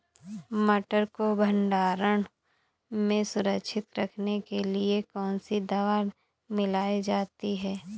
मटर को भंडारण में सुरक्षित रखने के लिए कौन सी दवा मिलाई जाती है?